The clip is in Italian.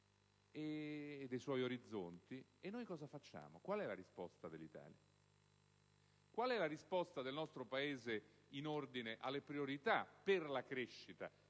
e dei suoi orizzonti, e noi cosa facciamo? Qual è la risposta dell'Italia? Qual è la riposta del nostro Paese in ordine alle priorità per la crescita,